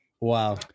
Wow